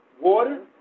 water